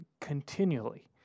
continually